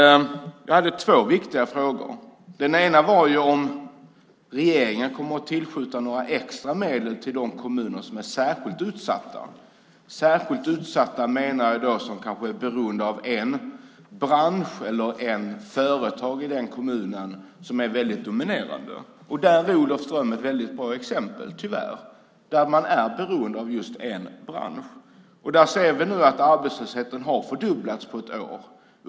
Jag hade två viktiga frågor. Den ena var om regeringen kommer att tillskjuta några extra medel till de kommuner som är särskilt utsatta. Med särskilt utsatta menar jag de kommuner som kanske är beroende av en bransch eller där ett företag är väldigt dominerande. Där är Olofström ett väldigt bra exempel, tyvärr. Man är beroende av just en bransch. Där ser vi nu att arbetslösheten har fördubblats på ett år.